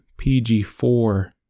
PG4